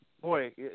boy